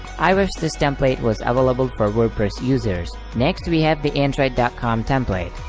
i wish this template was available for wordpress users. next we have the android dot com template,